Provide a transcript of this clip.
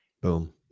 boom